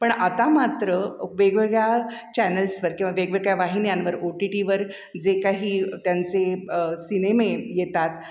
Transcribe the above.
पण आता मात्र वेगवेगळ्या चॅनल्सवर किंवा वेगवेगळ्या वाहिन्यांवर ओ टी टीवर जे काही त्यांचे सिनेमे येतात